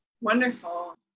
wonderful